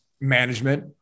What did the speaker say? management